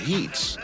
Heats